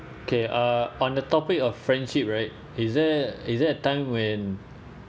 okay uh on the topic of friendship right is there is there a time when